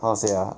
how to say ah